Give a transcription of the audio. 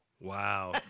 Wow